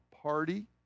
party